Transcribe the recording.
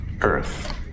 Earth